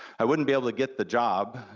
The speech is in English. i wouldn't be able to get the job,